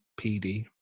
pd